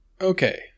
Okay